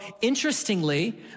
interestingly